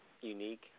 unique